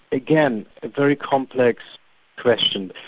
again, a very complex question.